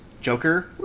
Joker